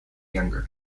younger